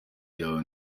yawe